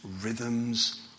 rhythms